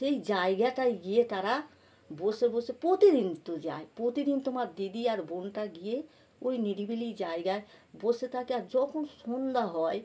সেই জায়গাটায় গিয়ে তারা বসে বসে প্রতিদিন তো যায় প্রতিদিন তোমার দিদি আর বোনটা গিয়ে ওই নিরিবিলি জায়গায় বসে থাকে আর যখন সন্ধ্যা হয়